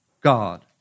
God